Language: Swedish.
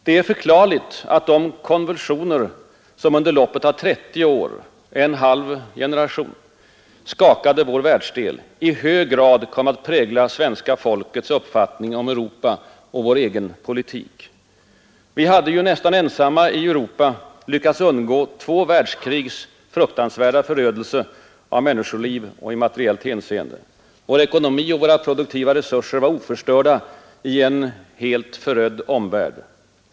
Det är förklarligt, att de konvulsioner som under loppet av 30 år — en halv generation — skakade vår världsdel i hög grad kom att prägla svenska folkets uppfattning om Europa och om vår egen politik. Vi hade ju nästan ensamma i Europa — lyckats undgå två världskrigs fruktansvärda förödelse av människoliv och i materiellt hänseende. Vår ekonomi och våra produktiva resurser var oförstörda i en helt förödd omvärld.